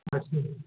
अच्छे